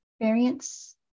variants